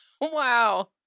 Wow